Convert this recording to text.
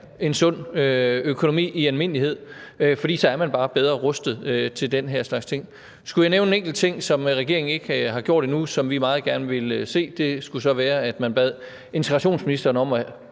en sund økonomi i almindelighed, fordi man så bare er bedre rustet til den her slags ting. Skulle jeg nævne en enkelt ting, som regeringen ikke har gjort endnu, men som vi meget gerne ville se, skulle det være, at man bad integrationsministeren om at